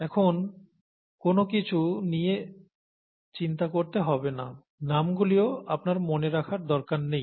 এখন কোন কিছু নিয়ে চিন্তা করতে হবে না নামগুলিও আপনার মনে রাখার দরকার নেই